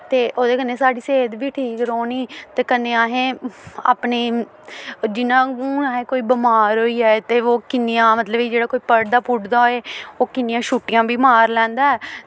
ते ओह्दे कन्नै साढ़ी सेह्त बी ठीक रौह्नी ते कन्नै असें अपनी जि'यां हून अहें कोई बमार होई जाए ते ओह् किन्नियां मतलब कि जेह्ड़ा कोई पढ़दा पुढ़दा होए ओह् किन्नियां छुट्टियां बी मार लैंदा ऐ